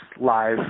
live